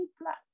black